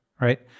Right